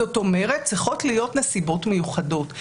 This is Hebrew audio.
זאת אומרת, צריכות להיות נסיבות מיוחדות.